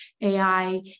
AI